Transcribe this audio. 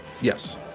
Yes